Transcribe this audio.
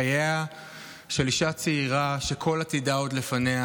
חייה של אישה צעירה שכל עתידה עוד לפניה